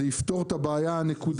זה יפתור את הבעיה הנקודתית.